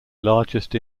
largest